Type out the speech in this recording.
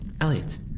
Elliot